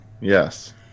Yes